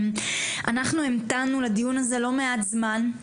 אנחנו המתנו לדיון הזה לא מעט זמן,